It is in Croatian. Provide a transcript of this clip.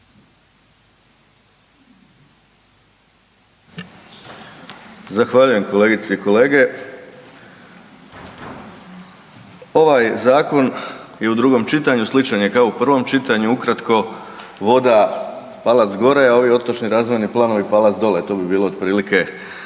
Zahvaljujem kolegice i kolege. Ovaj zakon i u drugom čitanju sličan je kao u prvom čitanju, ukratko voda palac gore, a ovi otočni razvojni planovi palac dole, to bi bilo otprilike